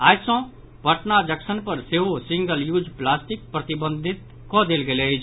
आइ सॅ पटना जंक्शन पर सेहो सिंगल यूज प्लास्टिक प्रतिबंधित कऽ देल गेल अछि